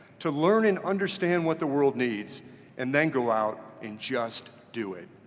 to learn and understand what the world needs and then go out and just do it.